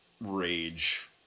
rage